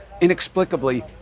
inexplicably